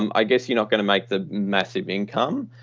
um i guess you're not going to make the massive income.